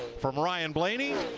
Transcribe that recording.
from ryan blaney.